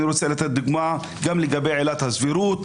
אני רוצה לתת דוגמה גם לגבי עילת הסבירות.